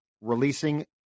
releasing